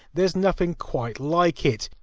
there's nothing quite like it.